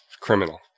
criminal